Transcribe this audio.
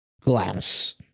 glass